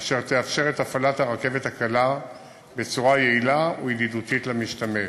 אשר תאפשר את הפעלת הרכבת הקלה בצורה יעילה וידידותית למשתמש.